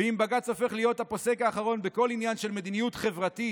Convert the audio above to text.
ואם בג"ץ הופך להיות הפוסק האחרון בכל עניין של מדיניות חברתית,